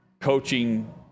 coaching